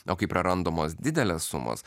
o kai prarandamos didelės sumos